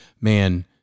man